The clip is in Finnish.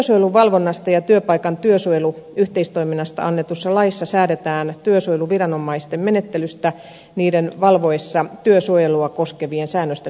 työsuojeluvalvonnasta ja työpaikan työsuojeluyhteistoiminnasta annetussa laissa säädetään työsuojeluviranomaisten menettelystä niiden valvoessa työsuojelua koskevien säännösten noudattamista